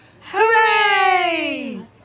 Hooray